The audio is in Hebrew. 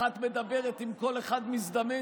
אחת מדברת עם כל אחד מזדמן,